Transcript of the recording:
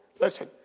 listen